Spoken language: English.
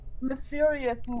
mysterious